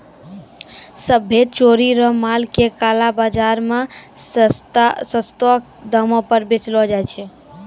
सभ्भे चोरी रो माल के काला बाजार मे सस्तो दामो पर बेचलो जाय छै